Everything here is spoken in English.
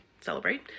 celebrate